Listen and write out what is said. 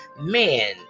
Man